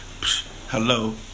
Hello